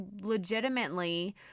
legitimately